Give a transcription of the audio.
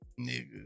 nigga